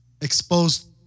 exposed